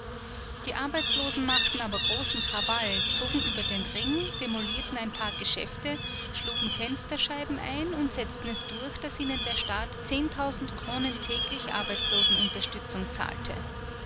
die arbeitslosen machten aber großen krawall zogen über den ring demolierten ein paar geschäfte schlugen fensterscheiben ein und setzten es durch daß ihnen der staat zehntausend kronen täglich arbeitslosenunterstützung zahlte